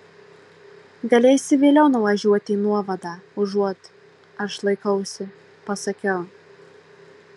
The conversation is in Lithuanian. galėsi vėliau nuvažiuoti į nuovadą užuot aš laikausi pasakiau